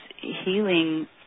healing